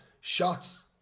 shots